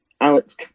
Alex